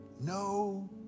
no